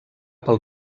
pel